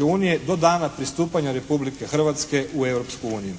unije do dana pristupanja Republike Hrvatske u Europsku uniju.